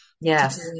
Yes